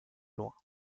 loin